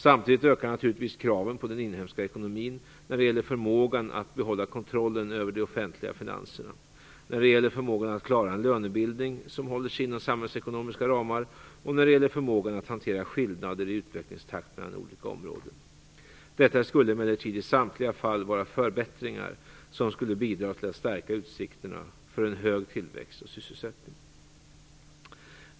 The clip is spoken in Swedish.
Samtidigt ökar naturligtvis kraven på den inhemska ekonomin när det gäller förmågan att behålla kontrollen över de offentliga finanserna, när det gäller förmågan att klara en lönebildning som håller sig inom de samhällsekonomiska ramarna och när det gäller förmågan att hantera skillnader i utvecklingstakt mellan olika områden. Detta skulle emellertid i samtliga fall vara förbättringar som skulle bidra till att stärka utsikterna för en hög tillväxt och sysselsättning.